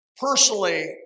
personally